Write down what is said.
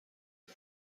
های